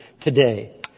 today